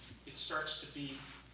it starts to be